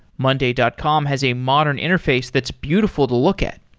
monday dot com has a modern interface that's beautiful to look at.